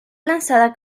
lanzada